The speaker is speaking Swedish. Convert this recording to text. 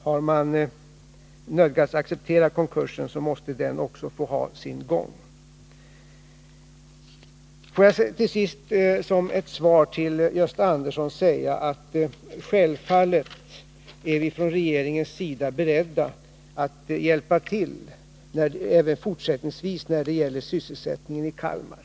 Har man nödgats acceptera konkursen måste den också få ha sin gång. Får jag till sist som ett svar till Gösta Andersson säga att vi från regeringens sida självfallet är beredda att hjälpa till även fortsättningsvis när det gäller sysselsättningen i Kalmar.